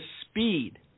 speed